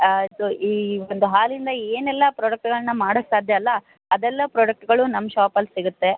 ಹಾಂ ಸೊ ಈ ಒಂದು ಹಾಲಿಂದ ಏನೆಲ್ಲ ಪ್ರಾಡಕ್ಟ್ಗಳನ್ನು ಮಾಡಕ್ಕೆ ಸಾಧ್ಯ ಅಲ್ಲ ಅದೆಲ್ಲ ಪ್ರಾಡಕ್ಟ್ಗಳು ನಮ್ಮ ಶಾಪಲ್ಲಿ ಸಿಗುತ್ತೆ